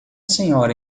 senhora